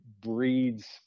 breeds